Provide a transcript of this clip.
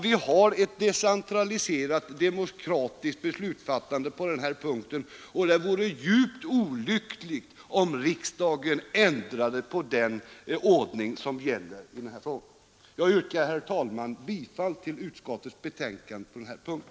Vi har ett decentraliserat demokratiskt beslutsfattande på den här punkten, och det vore djupt olyckligt om riksdagen ändrade på den ordning som gäller i detta avseende. Jag yrkar, herr talman, bifall till utskottets hemställan på den här punkten.